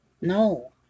no